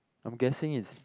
I'm guessing is